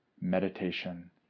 meditation